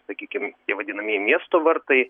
sakykim tie vadinamieji miesto vartai